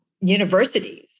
universities